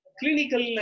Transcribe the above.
clinical